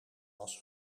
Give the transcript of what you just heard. was